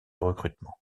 recrutement